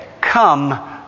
Come